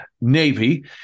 Navy